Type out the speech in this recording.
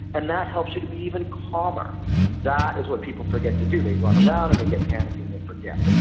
and that helps you to be even calmer and that is what people forget to do, they run around and they get panic and they forget. but